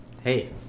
Hey